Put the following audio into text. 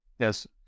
Yes